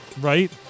right